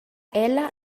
ella